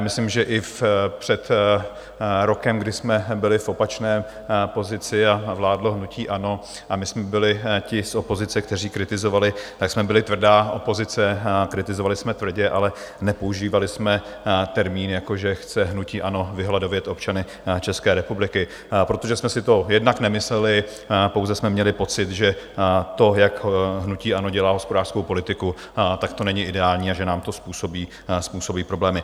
Myslím, že i před rokem, kdy jsme byli v opačné pozici, vládlo hnutí ANO a my jsme byli ti z opozice, kteří kritizovali, tak jsme byli tvrdá opozice, kritizovali jsme tvrdě, ale nepoužívali jsme termín, že chce hnutí ANO vyhladovět občany České republiky, protože jsme si to jednak nemysleli, pouze jsme měli pocit, že to, jak hnutí ANO dělá hospodářskou politiku, to není ideální a že nám to způsobí problémy.